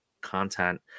content